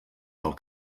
del